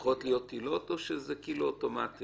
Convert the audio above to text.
צריכות להיות עילות, או שזה אוטומטי?